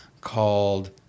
called